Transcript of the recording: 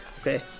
Okay